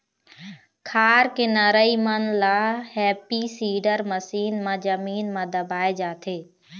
खार के नरई मन ल हैपी सीडर मसीन म जमीन म दबाए जाथे